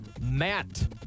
Matt